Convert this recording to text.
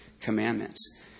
commandments